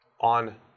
on